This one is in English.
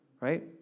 right